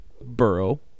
Burrow